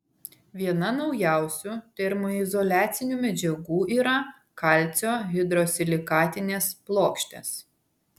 viena naujausių termoizoliacinių medžiagų yra kalcio hidrosilikatinės plokštės